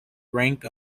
rank